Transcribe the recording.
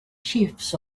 chiefs